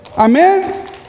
Amen